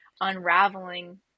unraveling